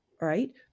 right